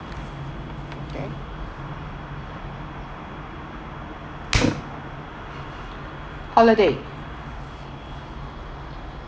ready holiday